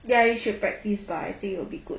ya you should practice ba I think it will be good